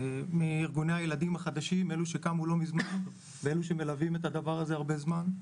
לארגוני הילדים החדשים שקמו לא מזמן ולאלו שמלווים את זה הרבה זמן,